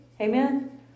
Amen